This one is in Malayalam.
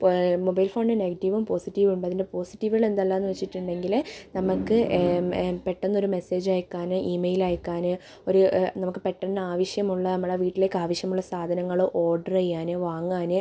ഇപ്പോൾ മൊബൈൽ ഫോണിനു നെഗറ്റിവും പോസിറ്റിവും ഉണ്ട് അതിൻ്റെ പോസിറ്റീവുകൾ എന്താല്ലാംന്നു വെച്ചിട്ടുണ്ടെങ്കിൽ നമുക്ക് പെട്ടെന്നൊരു മെസ്സേജ് അയക്കാൻ ഇ മെയിൽ അയക്കാൻ ഒരു നമുക്ക് പെട്ടെന്ന് ആവശ്യമുള്ള നമ്മുടെ വീട്ടിലേക്കാവശ്യമുള്ള സാധനങ്ങൾ ഓർഡർ ചെയ്യാൻ വാങ്ങാൻ